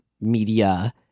media